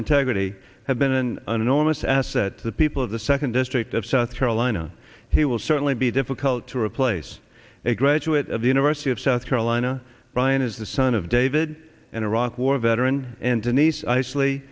integrity have been an enormous asset to the people of the second district of south carolina he will certainly be difficult to replace a graduate of the university of south carolina bryan is the son of david an iraq war veteran and denise eis